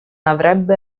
avrebbe